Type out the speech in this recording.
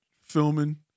filming